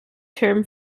term